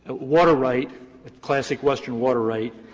but water right, a classic western water right,